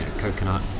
coconut